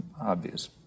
obvious